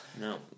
No